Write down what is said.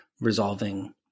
resolving